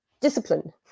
discipline